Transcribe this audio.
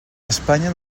espanya